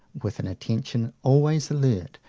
with an attention always alert,